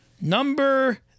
Number